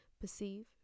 perceive